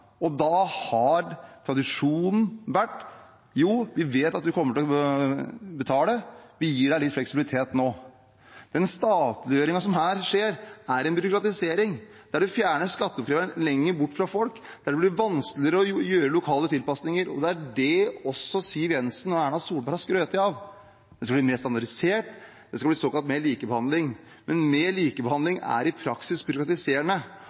Og da har tradisjonen vært: Vi vet at du kommer til å betale, vi gir deg litt fleksibilitet nå. Den statliggjøringen som her skjer, er en byråkratisering, der man fjerner skatteoppkreveren lenger bort fra folk, der det blir vanskeligere å gjøre lokale tilpasninger. Og det er det Siv Jensen og Erna Solberg har skrytt av – det skal bli mer standardisert, det skal bli mer såkalt likebehandling. Men mer likebehandling er i praksis byråkratiserende.